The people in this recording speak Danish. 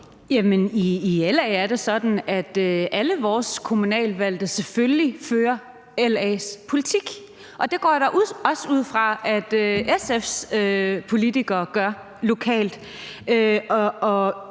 i LA er det sådan, at alle vores kommunalpolitikere selvfølgelig fører LA's politik. Det går jeg da også ud fra at SF's politikere gør lokalt.